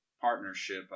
partnership